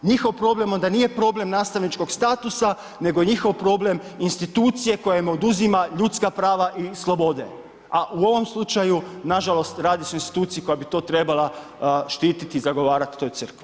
Njihov problem onda nije problem nastavničkog statusa nego je njihov problem institucije koje im oduzima ljudska prava i slobode, a u ovom slučaju nažalost, radi se o instituciji koja bi to trebala štiti i zagovarati, a to je crkva.